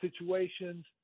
situations